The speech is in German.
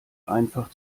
einfach